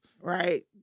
Right